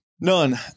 None